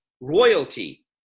royalty